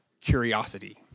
curiosity